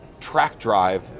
TrackDrive